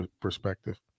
perspective